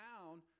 town